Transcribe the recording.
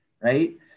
right